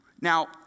Now